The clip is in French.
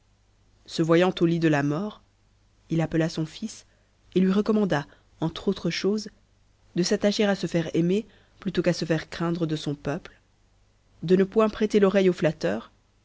se voyant au jit de la mort il appela son fils et lui recommanda entre autres choses de s'attacher se faire aimer plutôt qu'à se faire craindre de son peuple de ne point t prêter l'oreille aux flatteurs